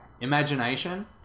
imagination